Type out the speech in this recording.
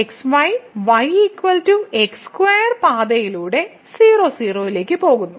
x y y x2 പാതയിലൂടെ 00 ലേക്ക് പോകുന്നു